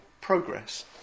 progress